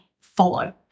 follow